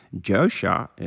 Joshua